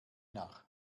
nach